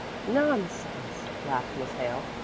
nonsense, laughed miss hale.